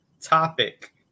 Topic